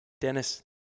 Dennis